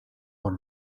por